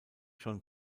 john